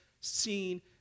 seen